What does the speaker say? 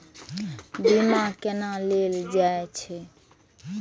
बीमा केना ले जाए छे?